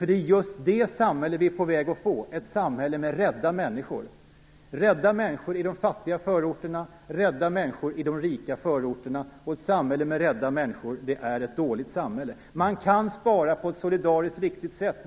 Det är just det samhället vi är på väg att få: ett samhälle med rädda människor. Det finns rädda människor i de fattiga förorterna, rädda människor i de rika förorterna. Ett samhälle med rädda människor är ett dåligt samhälle. Man kan spara på ett solidariskt riktigt sätt.